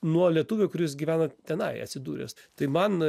nuo lietuvio kuris gyvena tenai atsidūręs tai man